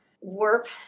warp